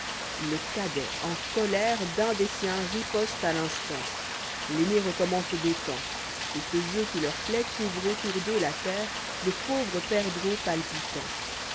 le cadet en colère d'un dessiens riposte à l'instant l'aîné recommence d'autant et ce jeu qui leur plaît couvre autour d'eux la terra de pauvres perdreaux palpitants